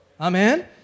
Amen